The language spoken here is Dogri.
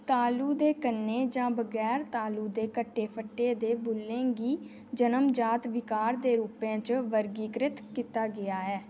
तालु दे कन्नै जां बगैर तालु दे कट्टे फट्टे दे बु'ल्लें गी जन्म जात विकार दे रूपै च वर्गीकृत कीता गेआ ऐ